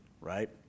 right